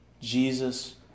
Jesus